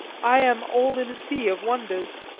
i am all in a sea of wonders.